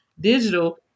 digital